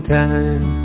time